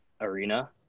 arena